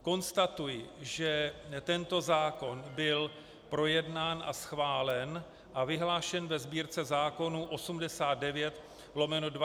Konstatuji, že tento zákon byl projednán a schválen a vyhlášen ve Sbírce zákonů, 89/2016 Sb.